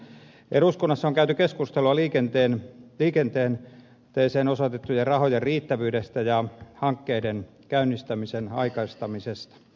eduskunnassa on käyty keskustelua liikenteeseen osoitettujen rahojen riittävyydestä ja hankkeiden käynnistämisen aikaistamisesta